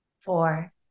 four